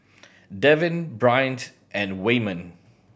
Devyn Bryant and Waymon